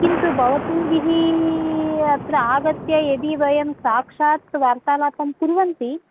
किन्तु भवद्भिः अत्र आगत्य यदि वयं साक्षात् वार्तालापं कुर्वन्ति